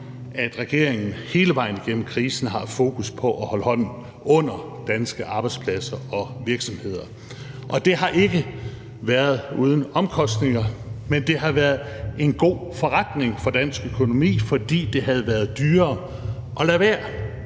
at regeringen hele vejen igennem krisen har haft fokus på at holde hånden under danske arbejdspladser og virksomheder. Det har ikke været uden omkostninger, men det har været en god forretning for dansk økonomi, fordi det havde været dyrere at lade være.